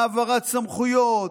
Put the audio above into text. העברת סמכויות,